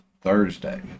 Thursday